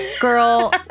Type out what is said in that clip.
Girl